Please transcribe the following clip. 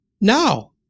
now